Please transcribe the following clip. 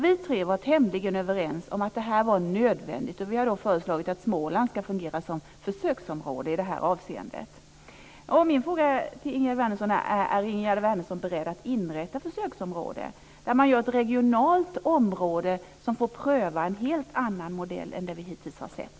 Vi tre var tämligen överens om att detta var nödvändigt, och vi har föreslagit att Småland ska fungera som försöksområde i det här avseendet. Min fråga till Ingegerd Wärnersson är: Är Ingegerd Wärnersson beredd att inrätta ett sådant försöksområde, ett regionalt område som får pröva en helt annan modell än den som vi hittills har sett?